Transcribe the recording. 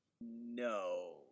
no